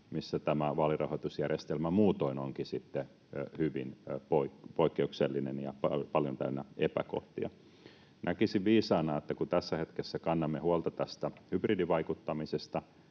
missä vaalirahoitusjärjestelmä muutoin onkin sitten hyvin poikkeuksellinen ja paljon täynnä epäkohtia. Näkisin viisaana, että kun tässä hetkessä kannamme huolta hybridivaikuttamisesta